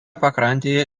pakrantėje